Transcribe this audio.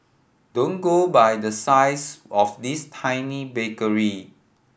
don't go by the size of this tiny bakery